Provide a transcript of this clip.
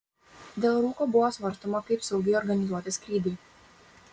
dėl rūko buvo svarstoma kaip saugiai organizuoti skrydį